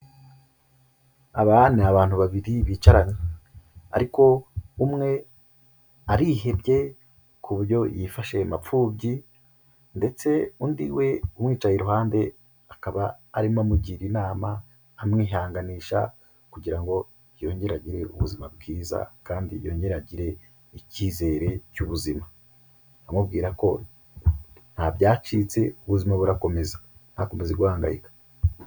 Aba ni abantu babiri bicaranye ariko umwe arihebye ku buryo yifashe mapfubyi ndetse undi we umwicaye iruhande akaba arimo amugira inama, amwihanganisha kugira ngo yongere agire ubuzima bwiza kandi yongere agire icyizere cy'ubuzima. Amubwira ko nta byacitse, ubuzima burakomeza. Ntakomeze guhangayika.